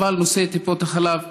אבל נושא טיפות החלב,